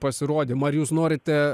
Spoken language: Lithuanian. pasirodymą ar jūs norite